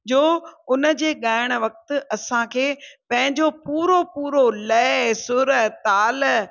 जो उन जे ॻाइण वक़्तु असांखे पंहिंजो पूरो पूरो लय सुर ताल